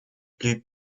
plus